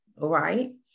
right